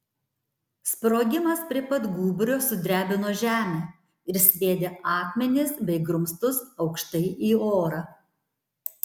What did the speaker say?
sprogimas prie pat gūbrio sudrebino žemę ir sviedė akmenis bei grumstus aukštai į orą